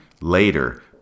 later